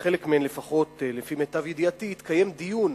בחלק מהן לפחות, לפי מיטב ידיעתי, התקיים דיון